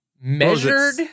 Measured